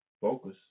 focus